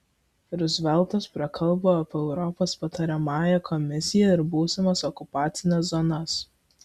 ruzveltas prakalbo apie europos patariamąją komisiją ir būsimas okupacines zonas